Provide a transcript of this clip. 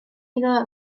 iddo